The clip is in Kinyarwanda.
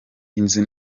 inzu